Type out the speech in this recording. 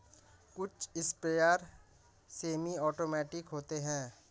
कुछ sprayer semi automatic होते हैं